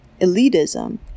elitism